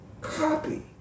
copy